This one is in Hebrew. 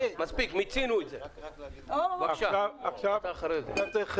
רם בן ברק (יש עתיד תל"ם): עכשיו צריך להבין